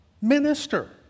Minister